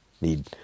need